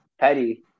Petty